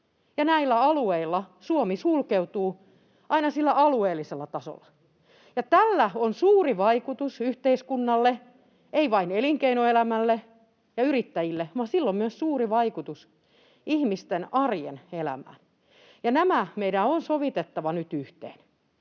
näillä alueilla Suomi sulkeutuu aina sillä alueellisella tasolla. Ja tällä on suuri vaikutus yhteiskunnalle, ei vain elinkeinoelämälle ja yrittäjille, vaan sillä on myös suuri vaikutus ihmisten arjen elämään, ja nämä meidän on sovitettava nyt yhteen.